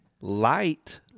light